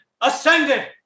ascended